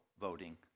voting